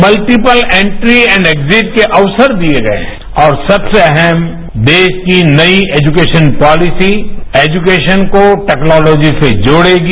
multiple entry and exit के अवसर दिये गये है और सबसे अहम देश की नई एजुकेशन पॉलिसी एजुकेशन को टैक्नोलॉजी से जोड़ेगी